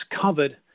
covered